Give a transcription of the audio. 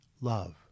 love